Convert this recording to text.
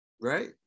right